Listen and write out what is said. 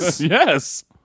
yes